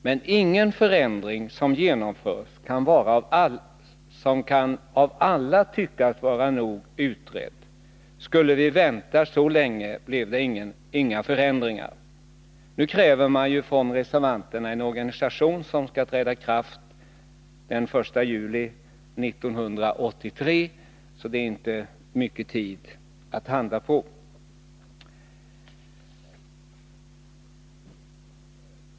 Men ingen förändring som genomförs kan av alla tyckas vara nog utredd. Skulle vi vänta så länge, blev det inga förändringar. Nu kräver reservanterna en organisation som skall träda i kraft den 1 juli 1983, så det är inte lång tid kvar att handla på.